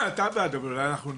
אתה בעד אבל אנחנו נגד.